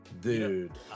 Dude